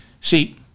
See